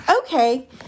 Okay